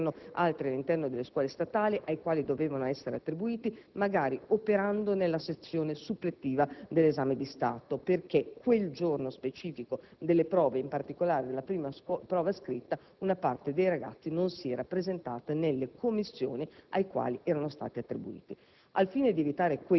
altri all'interno delle scuole statali alle quali dovevano essere attribuiti, magari operando nella sezione suppletiva dell'esame di Stato, perché quel giorno specifico delle prove, in particolare della prima prova scritta, una parte dei ragazzi non si era presentata nelle commissioni alle quali erano stati attribuiti.